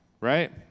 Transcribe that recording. right